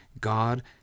God